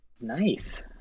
Nice